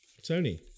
Tony